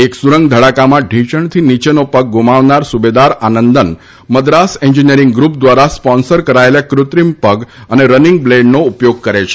એક સુરંગ ધડાકામાં ઢીંચણથી નીચેનો પગ ગુમાવનાર સુબેદાર આનંદન મદ્રાસ એન્જિનીયરીંગ ગ્રુપ દ્વારા સ્પોન્સર કરાયેલ કૃત્રિમ પગ અને રનિંગ બ્લેડનો ઉપયોગ કરે છે